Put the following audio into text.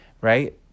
right